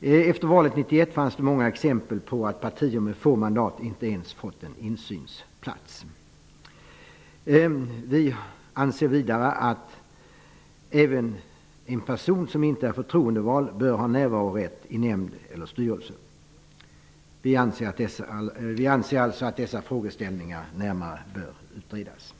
Efter valet 1991 fanns det många exempel på att partier med få mandat inte ens fått en insynsplats. Vi anser vidare att även en person som inte är förtroendevald bör ha närvarorätt i nämnd eller styrelse. Vi anser alltså att dessa frågeställningar bör utredas närmare.